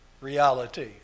reality